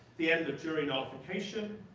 the end of jury nullification,